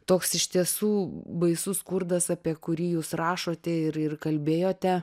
toks iš tiesų baisus skurdas apie kurį jūs rašote ir ir kalbėjote